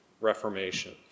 Reformation